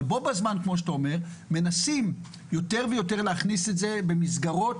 אבל בו בזמן מנסים יותר ויותר להכניס את זה במסגרות,